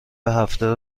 هفته